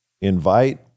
invite